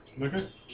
Okay